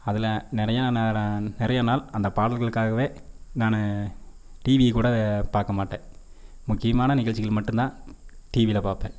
அதில் நிறையா நிறைய நாள் அந்த பாடல்களுக்காகவே நான் டிவிக்கூட பார்க்க மாட்டேன் முக்கியமான நிகழ்ச்சிகள் மட்டுந்தான் டிவியில் பாப்பேன்